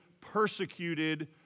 persecuted